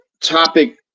topic